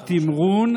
זה נשמע לכם הגיוני?